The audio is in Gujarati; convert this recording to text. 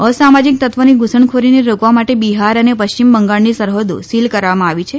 અસામાજિક તત્વોની ધુસણખોરીને રોકવા માટે બિહાર અને પશ્ચિમ બંગાળની સરહદો સીલ કરવામાં આવી છે